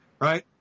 right